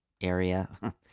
area